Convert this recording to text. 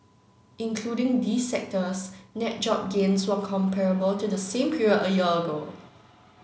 including these sectors net job gains were comparable to the same period a year ago